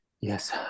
Yes